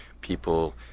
people